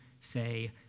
say